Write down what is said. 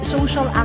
Social